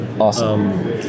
Awesome